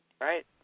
Right